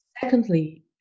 Secondly